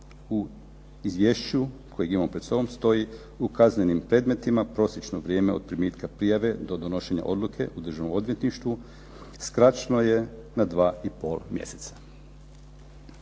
U izvješću koje imam pred sobom stoji. U kaznenim predmetima prosječno vrijeme od primitka prijave do donošenja odluke u Državnom odvjetništvu skraćeno je na 2,5 mjeseca.